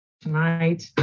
tonight